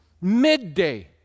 midday